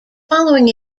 following